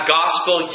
gospel